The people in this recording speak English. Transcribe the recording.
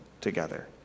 together